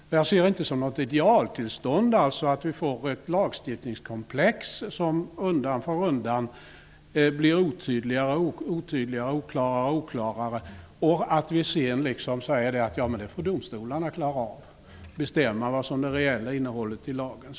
Jag ser det alltså inte som ett idealtillstånd att vi får ett lagstiftningskomplex som undan för undan blir allt otydligare och att vi överlåter till domstolarna att bestämma det reella innehållet i lagarna.